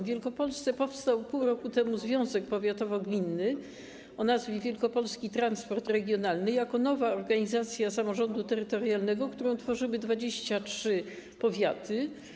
W Wielkopolsce powstał pół roku temu związek powiatowo-gminny o nazwie Wielkopolski Transport Regionalny jako nowa organizacja samorządu terytorialnego, którą utworzyły 23 powiaty.